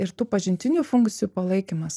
ir tų pažintinių funkcijų palaikymas